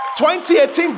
2018